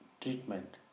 treatment